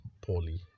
poorly